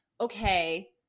okay